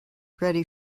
ready